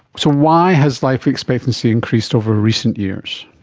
so why has life expectancy increased over recent years?